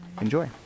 Enjoy